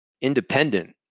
independent